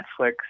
Netflix